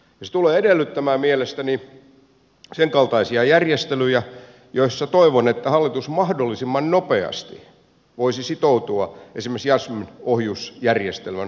se tulee edellyttämään mielestäni senkaltaisia järjestelyjä joissa toivon että hallitus mahdollisimman nopeasti voisi sitoutua esimerkiksi jassm ohjusjärjestelmän hankkimiseen suomeen